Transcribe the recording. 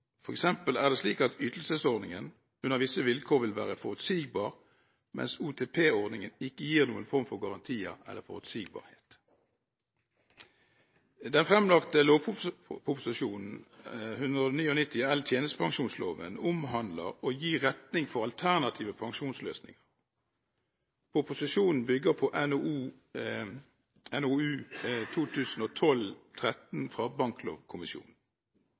eksempel er det slik at ytelsesordningen – under visse vilkår – vil være forutsigbar, mens OTP-ordningen ikke gir noen form for garantier eller forutsigbarhet. Den fremlagte lovproposisjonen, Prop. 199 L tjenestepensjonsloven, omhandler og gir retning for alternative pensjonsløsninger. Proposisjonen bygger på NOU 2012:13 fra Banklovkommisjonen.